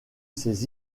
ses